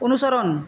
অনুসরণ